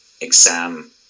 exam